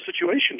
situation